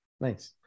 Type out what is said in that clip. nice